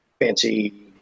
fancy